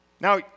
Now